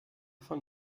von